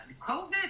COVID